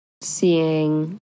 seeing